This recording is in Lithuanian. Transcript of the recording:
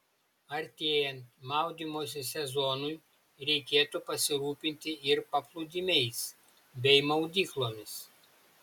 artėjant maudymosi sezonui reikėtų pasirūpinti ir paplūdimiais bei maudyklomis